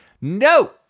No